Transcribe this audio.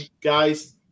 guys